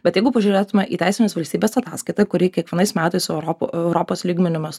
bet jeigu pažiūrėtume į teisinės valstybės ataskaitą kuri kiekvienais metais europos lygmeniu mes